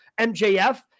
MJF